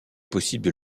possible